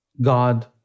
God